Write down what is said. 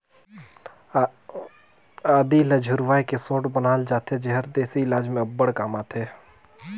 आदी ल झुरवाए के सोंठ बनाल जाथे जेहर देसी इलाज में अब्बड़ काम आथे